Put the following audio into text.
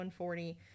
140